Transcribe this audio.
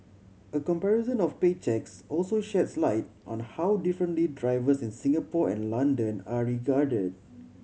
a comparison of pay cheques also sheds light on how differently drivers in Singapore and London are regarded